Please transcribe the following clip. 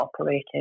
operating